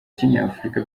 kinyafurika